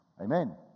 Amen